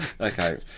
Okay